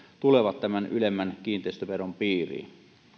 tulevat tämän ylemmän kiinteistöveron piiriin